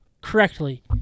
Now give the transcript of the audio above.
Correctly